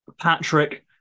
Patrick